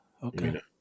Okay